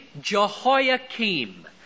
Jehoiakim